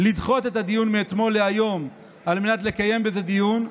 לדחות את הדיון מאתמול להיום על מנת לקיים בזה דיון.